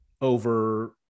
over